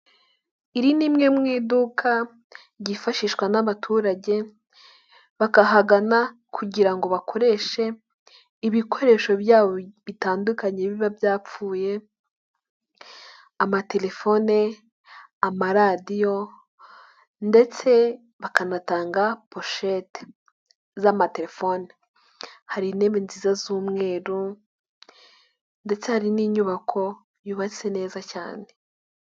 Iri ni rimwe mu iduka ryifashishwa n'abaturage bakahagana kugira ngo bakoreshe ibikoresho byabo bitandukanye biba byapfuye, amatelefone, amaradiyo ndetse bakanatanga poshete z'amatelefone, hari intebe nziza z'umweru ndetse hari n'inyubako yubatse neza cyane.